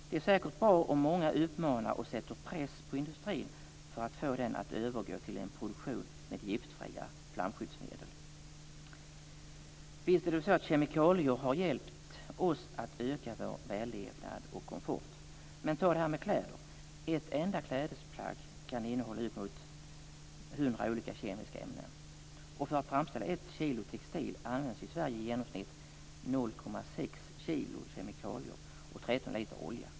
Det är säkert bra om många utmanar och sätter press på industrin för att få denna att övergå till en produktion med giftfria flamskyddsmedel. Visst är det så att kemikalier har hjälpt oss att öka vår vällevnad och komfort. Men ta det här med kläder. Ett enda klädesplagg kan innehålla upp mot 100 olika kemiska ämnen. För att framställa ett kilo textil används i Sverige i genomsnitt 0,6 kilo kemikalier och 13 liter olja.